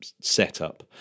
setup